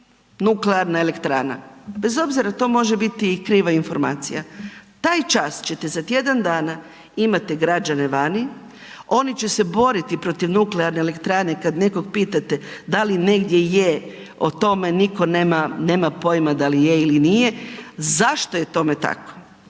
nuklearna elektrana. Bez obzira, to može biti i kriva informacija, taj čas ćete za tjedan dana imati građane vani, oni će se boriti protiv nuklearne elektrane, kad nekog pitate da li negdje je o tome nitko nema pojma da li je ili nije. Zašto je tome tako?